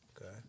Okay